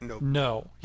no